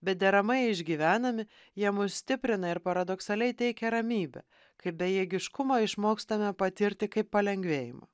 bet deramai išgyvenami jie mus stiprina ir paradoksaliai teikia ramybę kai bejėgiškumą išmokstame patirti kaip palengvėjimą